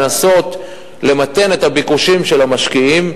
לנסות למתן את הביקושים של המשקיעים.